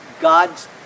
God's